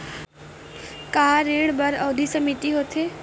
का ऋण बर अवधि सीमित होथे?